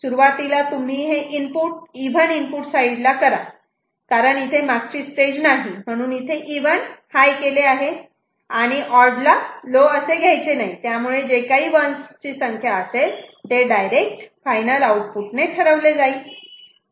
सुरुवातीला तुम्ही हे इव्हन इनपुट साईडला करा कारण इथे मागची स्टेज नाही आणि म्हणून इथे इव्हन हाय केले आहे आणि ऑड लो असे घ्यायचे नाही त्यामुळे जी काही 1's संख्या असेल ते डायरेक्ट फायनल आउटपुटणे ठरवले जाईल